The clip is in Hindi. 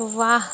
वाह